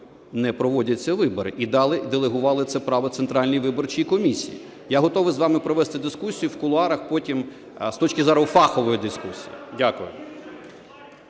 не проводяться вибори, і дали, делегували це право Центральній виборчій комісії. Я готовий з вами провести дискусію в кулуарах потім з точки зору фахової дискусії. Дякую.